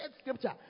scripture